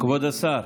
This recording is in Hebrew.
כבוד השר,